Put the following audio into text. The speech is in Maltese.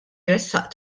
jressaq